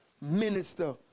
minister